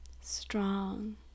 strong